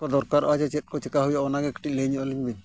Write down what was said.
ᱠᱚ ᱫᱚᱨᱠᱟᱨᱚᱜᱼᱟ ᱡᱮ ᱪᱮᱫ ᱠᱚ ᱪᱤᱹᱠᱟ ᱦᱩᱭᱩᱜᱼᱟ ᱚᱱᱟ ᱜᱮ ᱠᱟᱹᱴᱤᱡ ᱞᱟᱹᱭ ᱧᱚᱜᱼᱟ ᱟᱹᱞᱤᱧ ᱵᱤᱱ